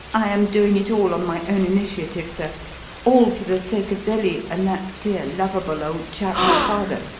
i am doing it all on my own initiative, sir all for the sake of zelie and that dear, lovable old chap, her father.